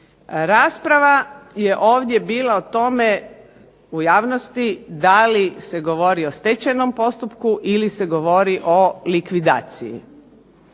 Rasprava je bila ovdje o tome u javnosti da li se govori o stečajnom postupku ili se govori o likvidaciji.